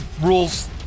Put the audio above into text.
rules